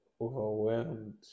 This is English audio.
overwhelmed